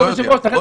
אדוני היושב-ראש,